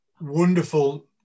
wonderful